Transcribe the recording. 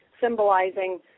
symbolizing